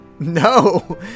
No